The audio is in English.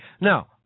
Now